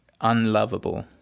unlovable